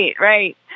right